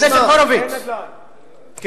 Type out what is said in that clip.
אין נדל"ן,